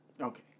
Okay